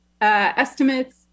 estimates